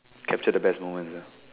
capture the best moments ah